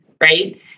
right